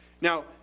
Now